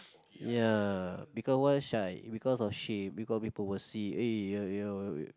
ya because why shy because of shame because people will see eh your your